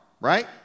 right